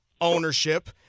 ownership